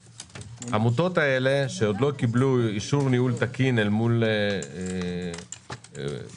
העמותות האלה שעוד לא קיבלו אישור ניהול תקין אל מול רשם